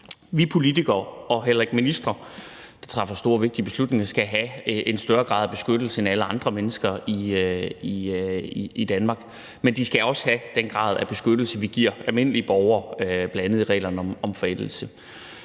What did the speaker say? Vi politikere og ministre, der træffer store og vigtige beslutninger, skal ikke have en større grad af beskyttelse end alle andre mennesker i Danmark, men de skal også have den grad af beskyttelse, vi giver almindelige borgere, bl.a. reglerne om forældelse.